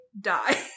die